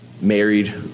married